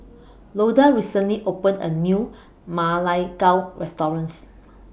Loda recently opened A New Ma Lai Gao restaurants